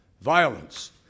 violence